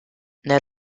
nel